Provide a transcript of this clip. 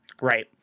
Right